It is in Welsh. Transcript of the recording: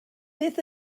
beth